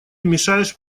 мешаешь